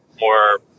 more